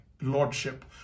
lordship